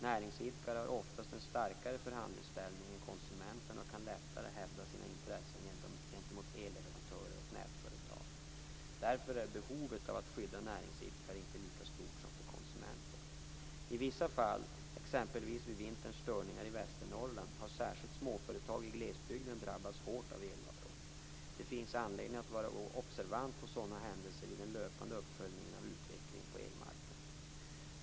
Näringsidkare har oftast en starkare förhandlingsställning än konsumenterna och kan lättare hävda sina intressen gentemot elleverantörer och nätföretag. Därför är behovet av att skydda näringsidkare inte lika stort som för konsumenter. I vissa fall, exempelvis vid vinterns störningar i Västernorrland, har särskilt småföretag i glesbygden drabbats hårt av elavbrott. Det finns anledning att vara observant på sådana händelser i den löpande uppföljningen av utvecklingen på elmarknaden.